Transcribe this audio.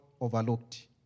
overlooked